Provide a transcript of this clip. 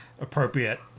appropriate